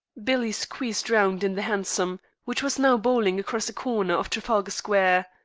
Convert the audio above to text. billy squeezed round in the hansom, which was now bowling across a corner of trafalgar square.